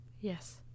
Yes